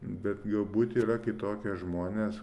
bet galbūt yra kitokie žmonės